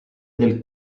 del